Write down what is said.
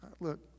Look